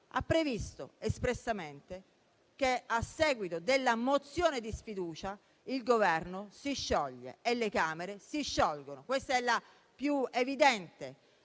ha previsto espressamente che, a seguito della mozione di sfiducia, il Governo si scioglie e le Camere si sciolgono. Questa è la più evidente